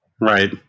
right